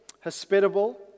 hospitable